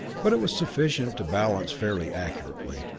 but it was sufficient to balance fairly accurately.